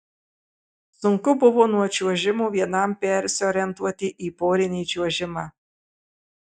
sunku buvo nuo čiuožimo vienam persiorientuoti į porinį čiuožimą